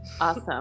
awesome